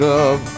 up